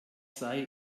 sei